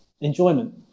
enjoyment